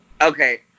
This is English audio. okay